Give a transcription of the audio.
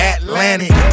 Atlantic